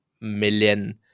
million